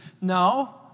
no